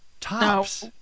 tops